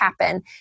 happen